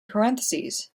parentheses